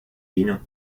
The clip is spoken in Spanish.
vino